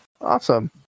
Awesome